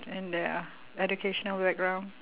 in their educational background